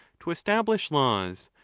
to establish laws,